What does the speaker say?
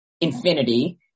infinity